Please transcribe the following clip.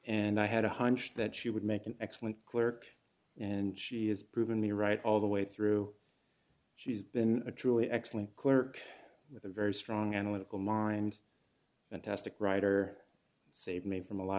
and i had a hunch that she would make an excellent clerk and she has proven me right all the way through she's been a truly excellent clerk with a very strong analytical mind and testicle writer saved me from a lot